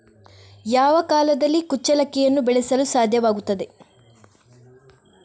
ಯಾವ ಕಾಲದಲ್ಲಿ ಕುಚ್ಚಲಕ್ಕಿಯನ್ನು ಬೆಳೆಸಲು ಸಾಧ್ಯವಾಗ್ತದೆ?